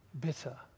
Bitter